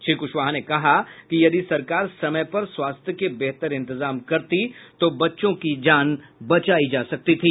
श्री कुशवाहा ने कहा कि यदि सरकार समय पर स्वास्थ्य के बेहतर इंतजाम करती तो बच्चों की जान बचायी जा सकती थी